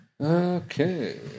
Okay